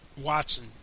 Watson